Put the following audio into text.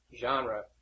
genre